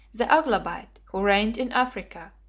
the aglabite, who reigned in africa,